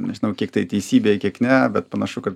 nežinau kiek tai teisybė kiek ne bet panašu kad